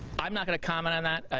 um not going to comment on that,